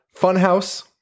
Funhouse